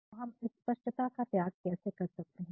तो हम स्पष्टता का त्याग कैसे कर सकते हैं